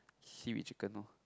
seaweed chicken loh